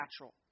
natural